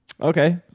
Okay